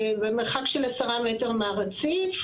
במרחק של עשרה מטרים מהרציף.